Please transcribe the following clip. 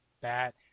Bat